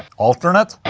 alternate